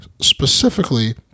specifically